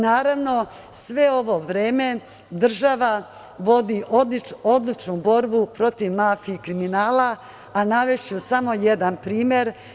Naravno, sve ovo vreme država vodi odlučnu borbu protiv mafije i kriminala, a navešću samo jedan primer.